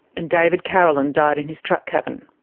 and david carolan died in his truck cabin.